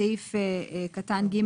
בסעיף 9(ג1ג)(4)(ג),